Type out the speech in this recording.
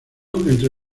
entre